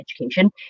Education